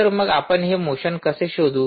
तर मग आपण हे मोशन कसे शोधू